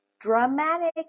dramatic